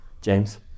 James